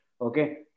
okay